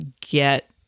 get